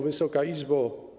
Wysoka Izbo!